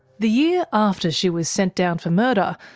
the year after she was sent down for murder,